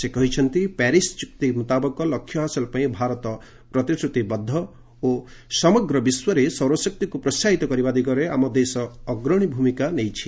ସେ କହିଛନ୍ତି ପ୍ୟାରିସ୍ ଚୁକ୍ତି ମୁତାବକ ଲକ୍ଷ୍ୟ ହାସଲ ପାଇଁ ଭାରତ ପ୍ରତିଶ୍ରତିବଦ୍ଧ ଓ ସମଗ୍ର ବିଶ୍ୱରେ ସୌରଶକ୍ତିକ୍ ପ୍ରୋହାହିତ କରିବା ଦିଗରେ ଆମ ଦେଶ ଅଗ୍ରଣୀ ଭୂମିକା ନେଇଛି